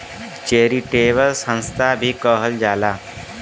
charitable संस्था भी कहल जाला